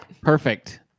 Perfect